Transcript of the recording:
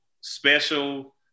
special